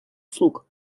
услуг